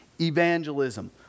evangelism